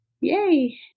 Yay